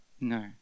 No